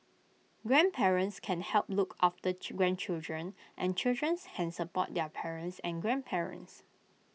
grandparents can help look after grandchildren and children can support their parents and grandparents